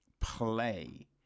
play